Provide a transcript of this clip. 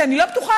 שאני לא בטוחה,